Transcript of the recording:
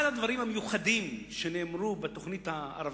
אחד הדברים המיוחדים שנאמרו בתוכנית הערבית,